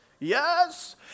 Yes